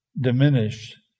Diminished